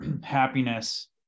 happiness